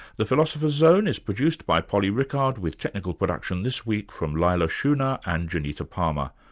the philosopher's zone is produced by polly rickard with technical production this week from leila shunnar and janita palmer.